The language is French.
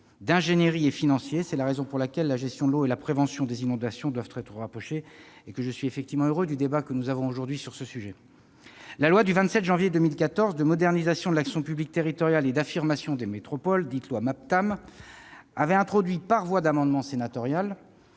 d'ingénierie et financier. C'est la raison pour laquelle la gestion de l'eau et la prévention des inondations devaient être rapprochées. Je suis donc heureux du débat que nous avons aujourd'hui sur ce sujet. La loi du 27 janvier 2014 de modernisation de l'action publique territoriale et d'affirmation des métropoles, dite loi Maptam, avait introduit par la voie d'un amendement sénatorial